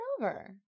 over